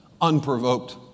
unprovoked